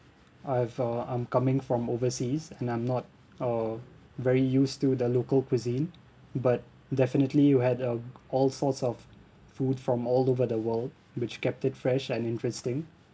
I've uh I'm coming from overseas and I'm not uh very used to the local cuisine but definitely you had uh all sorts of food from all over the world which kept it fresh and interesting